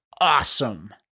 awesome